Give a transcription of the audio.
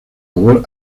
labor